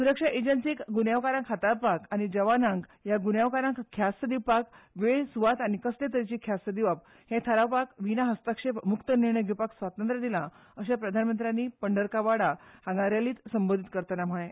सुरक्षा एजंसीक गुन्यांवकारांक हाताळपाक आनी जवानांक ह्या गुन्यांवकारांक ख्यास्त दिवपाक वेळ सुवात आनी कसले तरेची ख्यास्त दिवप हें थारावपाक विना हस्तक्षेप मुक्त निर्णय घेवपाक स्वातंत्र्य दिलां अशेंय प्रधानमंत्र्यांनी पंढरकााडा हांगा रॅलीत संबोदीत करतना सांगलें